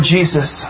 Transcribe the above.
Jesus